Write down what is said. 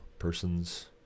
Persons